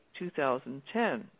2010